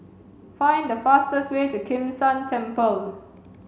find the fastest way to Kim San Temple